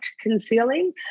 concealing